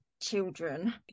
children